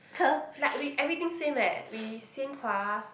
like we everything same leh we same class